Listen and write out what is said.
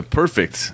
perfect